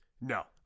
No